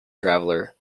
traveler